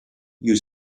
you